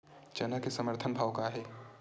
चना के समर्थन भाव का हे?